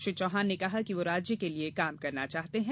श्री चौहान ने कहा कि वह राज्य के लिए काम करना चाहते हैं